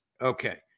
Okay